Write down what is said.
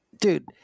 dude